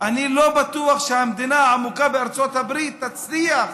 אני לא בטוח שהמדינה העמוקה בארצות הברית תצליח